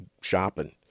shopping